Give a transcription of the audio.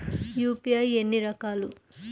UPI ఎన్ని రకాలు?